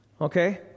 Okay